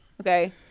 okay